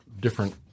different